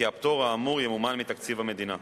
כי הפטור האמור ימומן מתקציב המדינה.